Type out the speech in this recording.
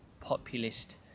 populist